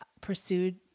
pursued